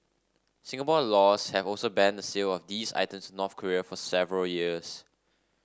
Singapore laws have also banned the sale of these items North Korea for several years